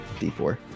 d4